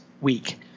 week